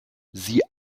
sie